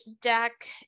deck